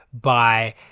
by-